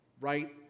right